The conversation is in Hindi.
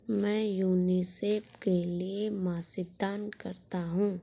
मैं यूनिसेफ के लिए मासिक दान करता हूं